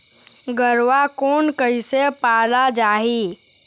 गरवा कोन कइसे पाला जाही?